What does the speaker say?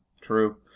True